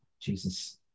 Jesus